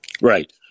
Right